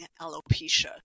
alopecia